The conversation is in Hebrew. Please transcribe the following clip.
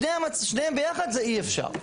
שניהם ביחד זה אי אפשר.